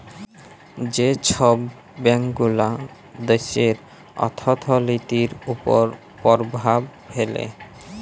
যে ছব ব্যাংকগুলা দ্যাশের অথ্থলিতির উপর পরভাব ফেলে